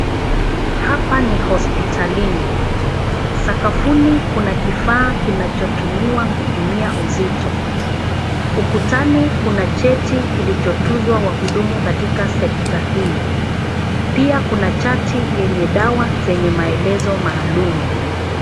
Hapa ni hospitalini. Sakafuni kuna kifaa kinachotumiwa kupimia uzito. Ukutani kuna cheti kilichotuzwa wahudumu katika sekta hii. Pia kuna chati yenye dawa zenye maelezo maalum.